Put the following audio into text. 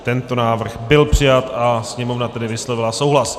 Tento návrh byl přijat a Sněmovna tedy vyslovila souhlas.